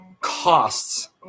costs